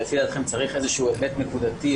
שלפי דעתכם צריך איזשהו היבט נקודתי,